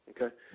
Okay